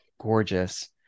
gorgeous